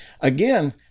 again